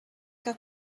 que